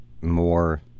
more